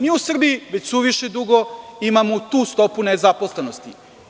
Mi u Srbiji već suviše dugo imamo tu stopu nezaposlenosti.